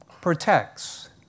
protects